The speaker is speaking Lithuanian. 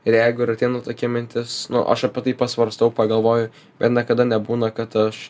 ir jeigu ir ateina nu tokia mintis nu aš pati pasvarstau pagalvoju bet niekada nebūna kad aš